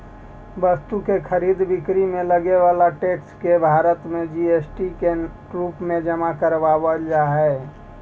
वस्तु के खरीद बिक्री में लगे वाला टैक्स के भारत में जी.एस.टी के रूप में जमा करावल जा हई